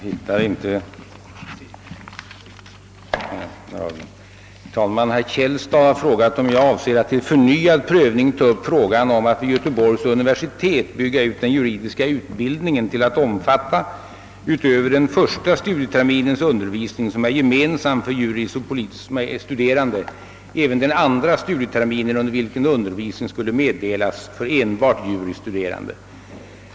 Herr Källstad har frågat om jag avser att till förnyad prövning ta upp frågan om att vid Göteborgs universitet bygga ut den juridiska utbildningen till att omfatta — utöver den första studieterminens undervisning, som är gemensam för juris och politices studerande — även den andra studieterminen under vilken undervisning skulle meddelas för enbart juris studerande.